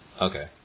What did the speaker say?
Okay